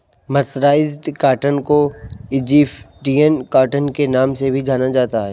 mercerised cotton को Egyptian cotton के नाम से भी जाना जाता है